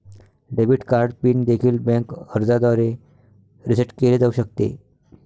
debit card PIN देखील bank अर्जाद्वारे reset केले जाऊ शकते